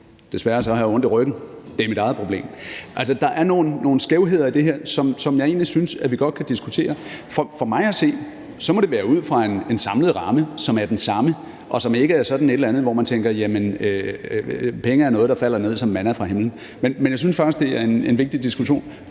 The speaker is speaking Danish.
Desværre har jeg ondt i ryggen, det er mit eget problem. Altså, der er nogle skævheder i det her, som jeg egentlig synes vi godt kan diskutere. For mig at se må det være ud fra en samlet ramme, som er den samme, og som ikke er sådan et eller andet, hvor man tænker: Jamen penge er noget, der falder ned som manna fra himlen. Men jeg synes faktisk, det er en vigtig diskussion,